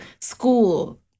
school